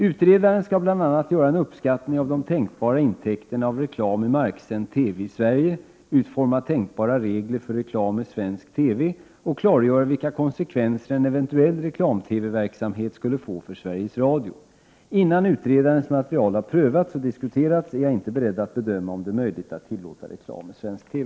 Utredaren skall bl.a. göra en uppskattning av de tänkbara intäkterna av reklam i marksänd TV i Sverige, utforma tänkbara regler för reklam i svensk TV och klargöra vilka konsekvenser en eventuell reklam-TV-verksamhet skulle få för Sveriges Radio. Innan utredarens material har prövats och diskuterats, är jag inte beredd att bedöma om det är möjligt att tillåta reklam i svensk TV.